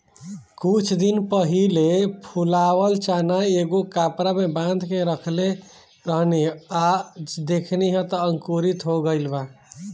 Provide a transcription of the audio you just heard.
कुछ दिन पहिले फुलावल चना एगो कपड़ा में बांध के रखले रहनी आ आज देखनी त अंकुरित हो गइल बा